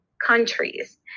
countries